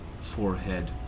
forehead